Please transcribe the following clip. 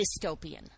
dystopian